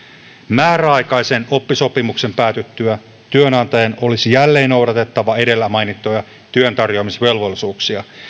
määräaikaisen oppisopimuksen päätyttyä työnantajan olisi jälleen noudatettava edellä mainittuja työntarjoamisvelvollisuuksia